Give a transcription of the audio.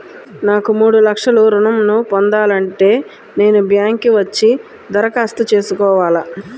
నాకు మూడు లక్షలు ఋణం ను పొందాలంటే నేను బ్యాంక్కి వచ్చి దరఖాస్తు చేసుకోవాలా?